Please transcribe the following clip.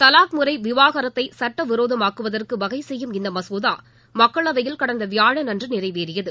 தலாக் முறை விவாகரத்தை சட்ட விரோதமாக்குவதற்கு வகை செய்யும் இந்த மகோதா மக்களவையில் கடந்த வியாழன் அன்று நிறைவேறியது